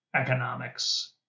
economics